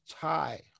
tie